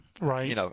right